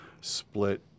split